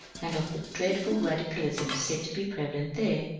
and of the dreadful radicalism said to be prevalent there,